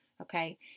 Okay